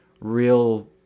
real